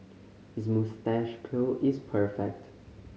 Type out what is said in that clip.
his moustache curl is perfect